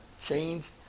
change